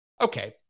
okay